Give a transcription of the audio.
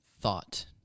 thought